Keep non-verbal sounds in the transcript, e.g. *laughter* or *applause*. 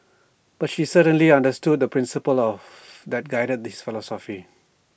but she certainly understood the principle of *noise* that guided his philosophy